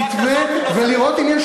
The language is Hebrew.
עם דחיפה כזו